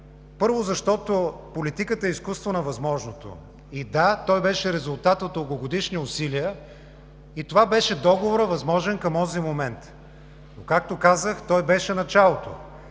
първо, защото политиката е изкуство на възможното. Да, той беше резултат от дългогодишни усилия. Това беше договорът, възможен към онзи момент. Както казах, той беше началото.